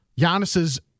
Giannis's